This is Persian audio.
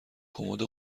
کمد